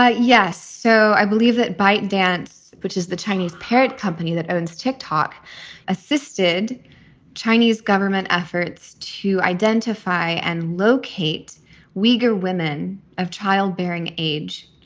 ah yes. so i believe that byte dance, which is the chinese parent company that owns tick tock assisted chinese government efforts to identify and locate wigger women of childbearing age.